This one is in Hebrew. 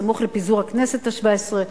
בסמוך לפיזור הכנסת השבע-עשרה,